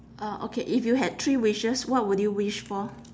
uh okay if you had three wishes what would you wish for